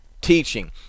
teaching